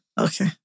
Okay